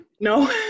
No